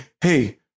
Hey